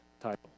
title